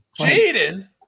Jaden